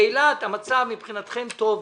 באילת המצב מבחינתכם טוב,